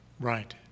Right